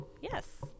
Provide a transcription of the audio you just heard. yes